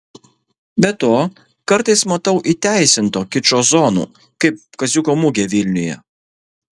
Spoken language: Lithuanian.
be to kartais matau įteisinto kičo zonų kaip kaziuko mugė vilniuje